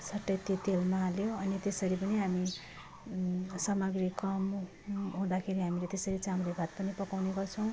सट्टै त्यो तेलमा हाल्यो अनि त्यसरी पनि हामी सामग्री कम हुँदाखेरि हामीले त्यसरी चाम्रे भात पनि पकाउने गर्छौँ